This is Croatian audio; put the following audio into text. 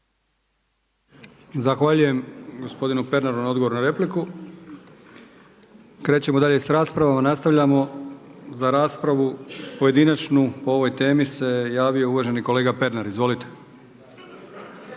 Zahvaljujem gospodinu Pernaru na odgovoru na repliku. Krećemo dalje s raspravom. Nastavljamo, za raspravu pojedinačnu po ovoj temi se javio uvaženi kolega Pernar. Izvolite.